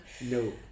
No